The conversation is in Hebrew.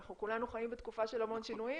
אנחנו כולנו חיים בתקופה של המון שינויים,